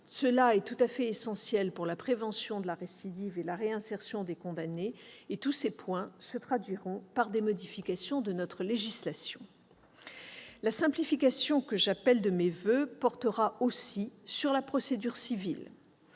de peine. C'est essentiel pour la prévention de la récidive et la réinsertion des condamnés. Tous ces points se traduiront par des modifications de notre législation. La simplification que j'appelle de mes voeux portera aussi sur la procédure civile.